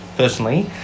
Personally